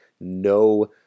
no